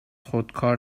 خودکار